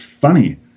funny